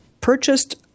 purchased